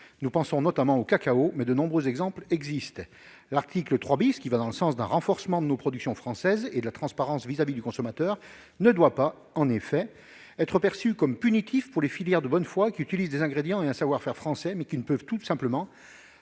pensent notamment au cacao, mais de nombreux exemples existent. L'article 3 , qui va dans le sens d'un renforcement de nos productions françaises et de la transparence vis-à-vis du consommateur, ne doit pas en effet être perçu comme punitif pour des filières de bonne foi qui utilisent des ingrédients et un savoir-faire français, mais qui ne peuvent tout simplement